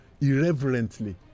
irreverently